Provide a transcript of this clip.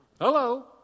Hello